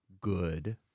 good